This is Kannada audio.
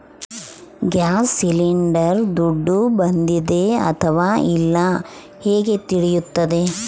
ಗ್ಯಾಸ್ ಸಿಲಿಂಡರ್ ದುಡ್ಡು ಬಂದಿದೆ ಅಥವಾ ಇಲ್ಲ ಹೇಗೆ ತಿಳಿಯುತ್ತದೆ?